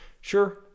sure